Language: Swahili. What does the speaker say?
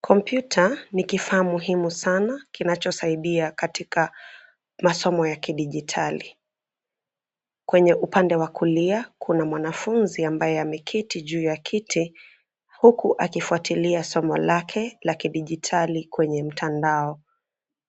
Kompyuta ni kifaa muhimu sana kinachosaidia katika masomo ya kidijitali. Kwenye upande wa kulia, kuna mwanafunzi ambaye ameketi juu ya kiti, huku akifuatilia somo lake la kidijitali kwenye mtandao.